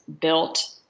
built